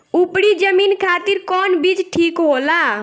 उपरी जमीन खातिर कौन बीज ठीक होला?